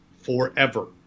forever